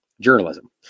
Journalism